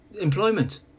employment